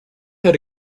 had